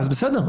אז בסדר.